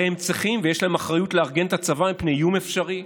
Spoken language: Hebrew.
הרי הם צריכים ויש להם אחריות לארגן את הצבא מפני איום אפשרי.